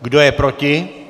Kdo je proti?